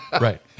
Right